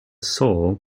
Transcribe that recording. sole